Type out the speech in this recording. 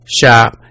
shop